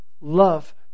Love